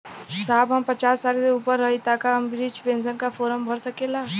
साहब हम पचास साल से ऊपर हई ताका हम बृध पेंसन का फोरम भर सकेला?